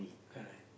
correct